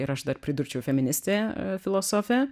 ir aš dar pridurčiau feministė filosofė